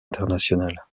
internationale